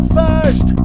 first